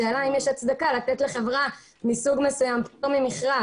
השאלה אם יש הצדקה לתת לחברה מסוג מסוים פטור ממכרז.